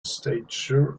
stature